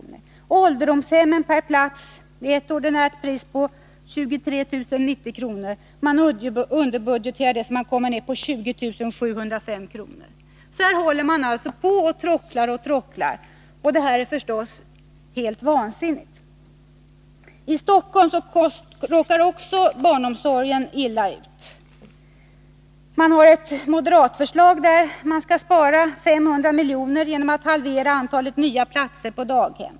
Det ordinära priset per plats i ålderdomshem är 23 090 kr. Man underbudgeterar det, så att man kommer ned på 20 705 kr. Så håller man på och tråcklar och tråcklar. Det är förstås helt vansinnigt. I Stockholm råkar också barnomsorgen illa ut. Enligt ett moderatförslag skall man spara 500 miljoner genom att halvera antalet nya platser på daghem.